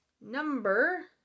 number